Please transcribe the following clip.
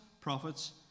prophets